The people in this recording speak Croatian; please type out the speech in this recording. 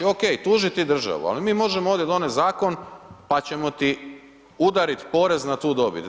Ok tužiti državu, ali mi možemo ovdje dovesti zakon, pa ćemo ti udarit porez na tu dobit.